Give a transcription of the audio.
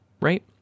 right